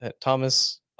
Thomas